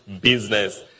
business